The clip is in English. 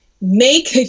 make